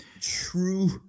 True